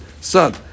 son